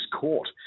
court